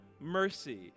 mercy